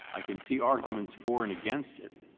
i can see arguments for and against it,